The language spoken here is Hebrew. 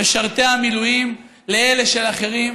משרתי המילואים לאלה של אחרים.